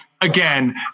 again